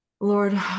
Lord